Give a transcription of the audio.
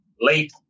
late